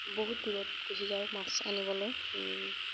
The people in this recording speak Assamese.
বহুত দূৰত গুচি যাওঁ মাছ আনিবলৈ